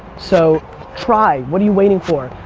so try. what are you waiting for?